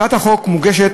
הצעת החוק מוגשת